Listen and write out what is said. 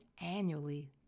annually